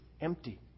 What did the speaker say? empty